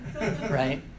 right